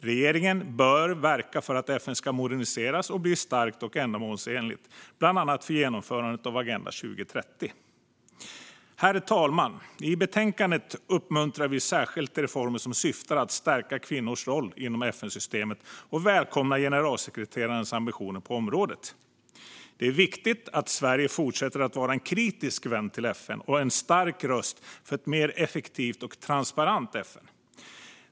Regeringen bör verka för att FN ska moderniseras och bli starkt och ändamålsenligt, bland annat för genomförandet av Agenda 2030. Herr talman! I betänkandet uppmuntrar vi särskilt till reformer som syftar till att stärka kvinnors roll inom FN-systemet och välkomnar generalsekreterarens ambitioner på området. Det är viktigt att Sverige fortsätter att vara en kritisk vän till FN och en stark röst för ett mer effektivt och transparent FN.